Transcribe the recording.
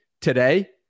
today